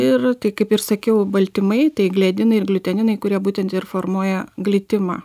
ir tai kaip ir sakiau baltymai tai gliadinai ir gliuteninai kurie būtent ir formuoja glitimą